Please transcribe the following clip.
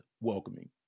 Welcoming